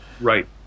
Right